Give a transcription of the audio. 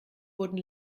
wurden